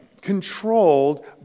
controlled